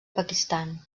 pakistan